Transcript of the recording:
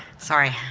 sorry,